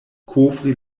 kovri